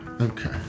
Okay